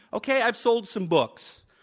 okay, i've sold some books.